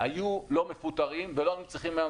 היו לא מפוטרים ולא היינו צריכים היום